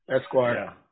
Esquire